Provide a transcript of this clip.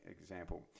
example